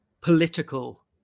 political